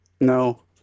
No